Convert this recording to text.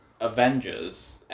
Avengers